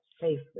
safely